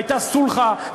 והייתה סולחה,